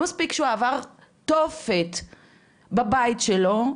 לא מספיק שהוא עבר תופת בבית שלו,